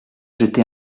jeté